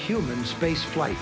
human spaceflight